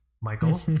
Michael